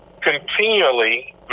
continually